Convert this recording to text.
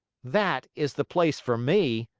that is the place for me!